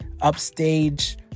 Upstage